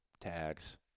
tags